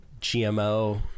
gmo